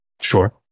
Sure